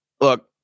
look